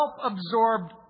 self-absorbed